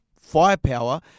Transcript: firepower